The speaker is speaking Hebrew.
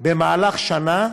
במהלך שנה,